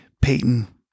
Peyton